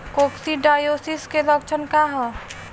Coccidiosis के लक्षण का ह?